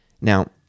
Now